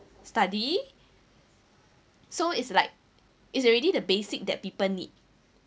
study so it's like it's already the basic that people need